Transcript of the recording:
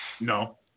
No